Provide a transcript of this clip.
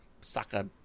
sucker